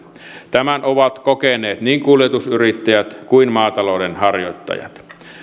tämän ovat kokeneet niin kuljetusyrittäjät kuin maatalouden harjoittajat